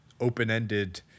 open-ended